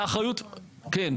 כן.